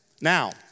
Now